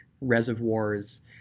reservoirs